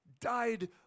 died